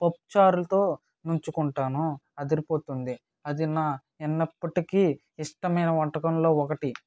పప్పుచారుతో నుంచుకుంటాను అదిరిపోతుంది అది నా ఎన్నప్పటికీ ఇష్టమైన వంటకంలో ఒకటి